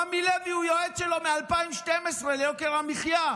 רמי לוי הוא יועץ שלו ליוקר המחיה מ-2012,